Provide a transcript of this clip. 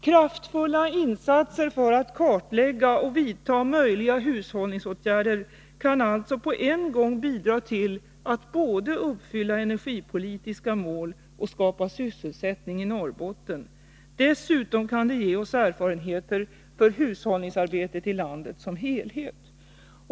Kraftfulla insatser för att kartlägga och vidta möjliga hushållningsåtgärder kan alltså på en gång bidra till att både uppfylla energipolitiska mål och skapa sysselsättning i Norrbotten. Dessutom kan det ge oss erfarenheter för hushållningsarbetet i landet som helhet.